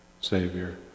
Savior